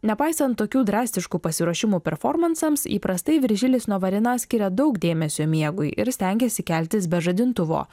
nepaisant tokių drastiškų pasiruošimų performansams įprastai viržilis novarina skiria daug dėmesio miegui ir stengiasi keltis be žadintuvo